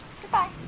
Goodbye